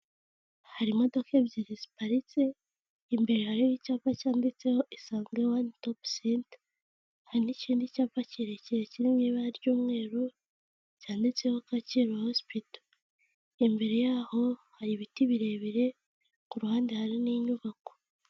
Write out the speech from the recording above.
Hari imodoka ebyiri ziparitse, imbere hariho icyapa cyanditseho isange wani sitopu senta. Hari n'ikindi cyapa cyerekireye kimwe mu ibara ry'umweru, cyanditseho Kacyiru hosipito. Imbere yaho hari ibiti birebire ku ruhande hari n'inyubako.